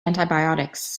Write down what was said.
antibiotics